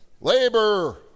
Labor